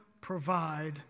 provide